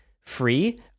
free